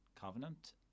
Covenant